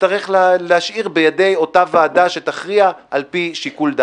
תתחיל מהתחלה, מיקי.